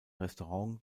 restaurant